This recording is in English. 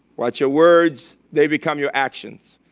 watch your words, they become your actions.